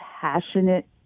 passionate